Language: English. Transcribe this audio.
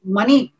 money